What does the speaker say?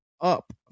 up